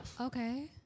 Okay